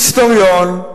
היסטוריון,